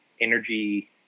energy